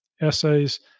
essays